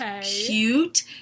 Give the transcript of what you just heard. cute